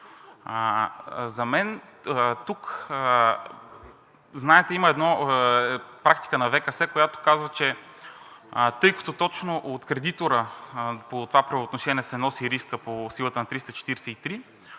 За мен, тук знаете има една „практика на ВКС“, която казва, че, тъй като точно от кредитора по това правоотношение се носи риска по силата на 343